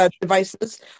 devices